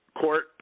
court